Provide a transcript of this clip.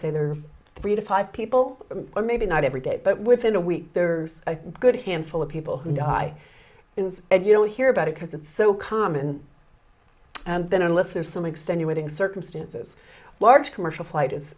say there are three to five people or maybe not every day but within a week there's a good handful of people who die in this and you don't hear about it because it's so common and then unless there's some extenuating circumstances large commercial flight is